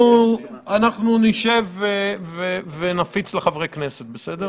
אנחנו נשב ונפיץ לחברי הכנסת, בסדר?